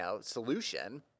solution